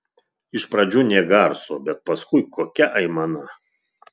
iš pradžių nė garso bet paskui kokia aimana